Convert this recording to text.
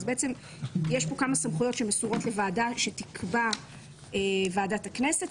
למעשה יש כאן כמה סמכויות שמסורות לוועדה שתיקבע ועדת הכנסת,